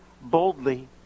boldly